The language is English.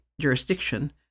jurisdiction